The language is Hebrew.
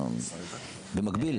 במקביל.